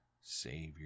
Savior